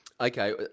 Okay